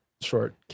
short